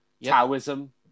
Taoism